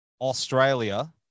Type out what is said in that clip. australia